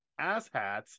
asshats